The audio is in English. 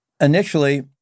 Initially